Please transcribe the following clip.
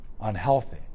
unhealthy